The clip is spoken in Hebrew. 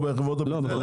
בין החברות.